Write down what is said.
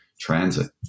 transit